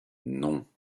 non